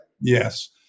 Yes